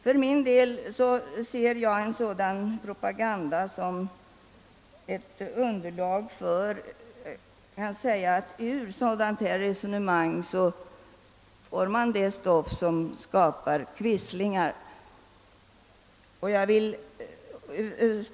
För min del ser jag en sådan propaganda som det stoff varav man skapar quislingar.